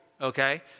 okay